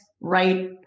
right